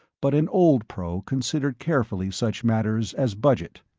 but an old pro considered carefully such matters as budget.